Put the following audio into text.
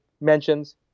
mentions